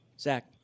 Zach